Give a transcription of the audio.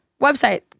website